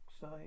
side